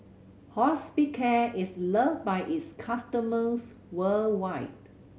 hospicare is loved by its customers worldwide